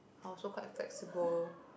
I'm also quite flexible